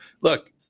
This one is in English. Look